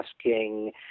asking